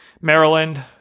Maryland